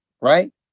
Right